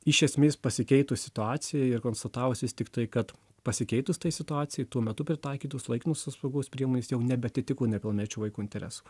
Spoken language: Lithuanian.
iš esmės pasikeitus situacijai ir konstatavus vis tiktai kad pasikeitus tai situacijai tuo metu pritaikytos laikinosios apsaugos priemonės jau nebeatitiko nepilnamečio vaiko interesų